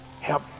help